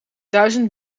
duizend